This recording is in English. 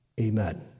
Amen